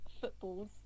football's